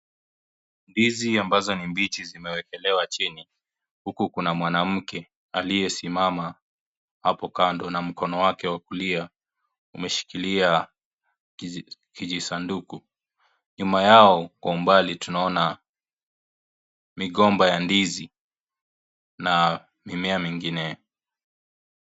Ndizi ambazo ni mbichi zimewekelewa chini, huku kuna mwanamke aliyesimama hapo kando na mkono wake wa kulia umeshikilia kijisanduku, nyuma yao kwa umbali tunaona migomba ya ndizi na mimea mingine.